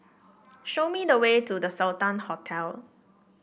show me the way to The Sultan Hotel